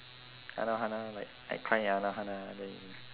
anohana like I cried at anohana then you